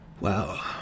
Wow